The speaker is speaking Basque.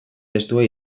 testua